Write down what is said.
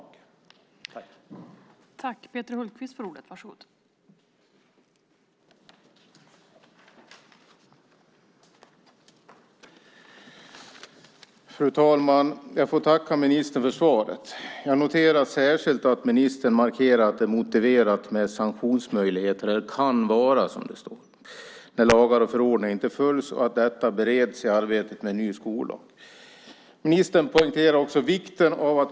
Då Mikael Damberg, som framställt interpellationen, anmält att han var förhindrad att närvara vid sammanträdet medgav tredje vice talmannen att Peter Hultqvist i stället fick delta i överläggningen.